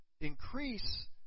increase